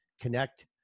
connect